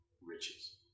riches